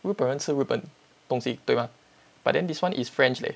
日本人吃日本东西对吗 but then this one is french leh